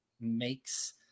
makes